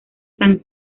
san